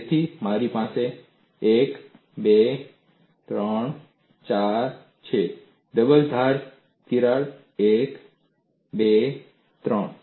તેથી મારી પાસે 1 2 3 4 છે ડબલ ધારતિરાડ 1 2 3